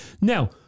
now